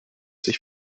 sich